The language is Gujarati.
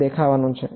શું દેખાવાનું છે